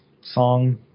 song